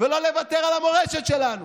ולא לוותר על המורשת שלנו.